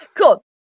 Cool